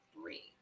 three